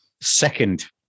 Second